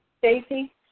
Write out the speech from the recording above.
Stacey